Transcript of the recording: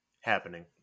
happening